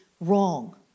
wrong